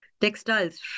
textiles